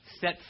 set